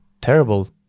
terrible